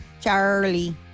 Charlie